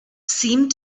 seemed